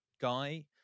guy